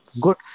good